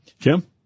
Kim